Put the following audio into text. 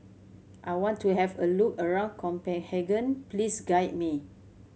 I want to have a look around Copenhagen please guide me